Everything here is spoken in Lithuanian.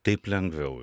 taip lengviau